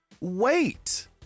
Wait